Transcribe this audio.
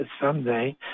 someday